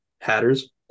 hatters